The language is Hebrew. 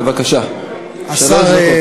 בבקשה, שלוש דקות.